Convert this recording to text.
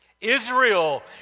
Israel